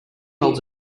holds